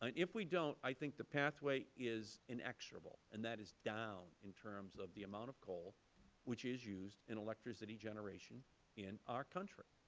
and if we don't, i think the pathway is inexorable, and that is down in terms of the amount of coal which is used in electricity generation in our country.